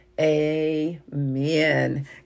amen